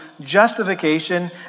justification